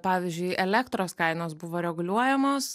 pavyzdžiui elektros kainos buvo reguliuojamos